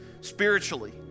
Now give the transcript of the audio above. Spiritually